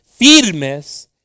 firmes